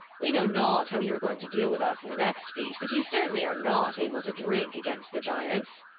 we know not how you are going to deal with us in the next feat, but you certainly are not able to drink against the giants.